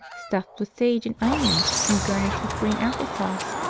stuffed with sage and onion and garnished with green apple-sauce,